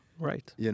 Right